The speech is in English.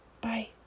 bye